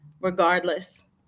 regardless